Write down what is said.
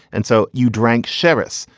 and so you drank sherries,